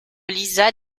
lisa